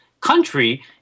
country